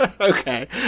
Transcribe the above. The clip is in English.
Okay